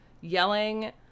yelling